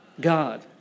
God